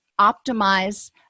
optimize